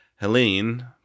Helene